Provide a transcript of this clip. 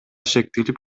шектелип